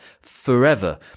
forever